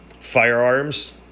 firearms